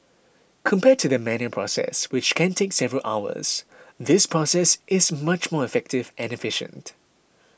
compared to the manual process which can take several hours this process is much more effective and efficient